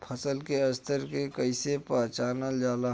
फसल के स्तर के कइसी पहचानल जाला